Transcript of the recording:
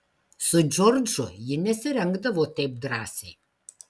su džordžu ji nesirengdavo taip drąsiai